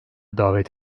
davet